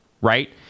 right